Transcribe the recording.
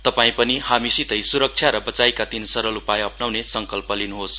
तपाई पनि हामीसितै सुरक्षा र बचाइका तीन सरल उपाय अप्नाउने संकल्प गर्नुहोस्